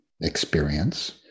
experience